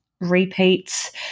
repeats